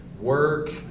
work